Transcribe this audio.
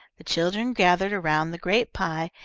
the children gathered around the great pie,